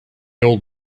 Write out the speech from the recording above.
old